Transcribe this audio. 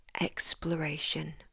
exploration